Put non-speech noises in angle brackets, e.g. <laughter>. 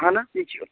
اَہن حظ <unintelligible> چھُ